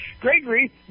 Gregory